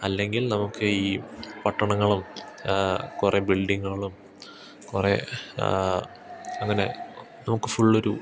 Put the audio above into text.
അല്ലെങ്കിൽ നമുക്ക് ഈ പട്ടണങ്ങളും കുറെ ബിൽഡിങ്ങുകളും കുറെ അങ്ങനെ നമുക്ക് ഫുള്ളൊരു